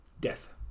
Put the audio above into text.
Death